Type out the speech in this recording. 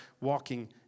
walking